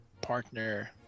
partner